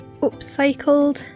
upcycled